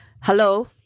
Hello